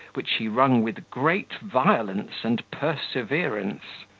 which he rung with great violence and perseverance.